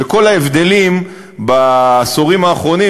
וכל ההבדלים בעשורים האחרונים,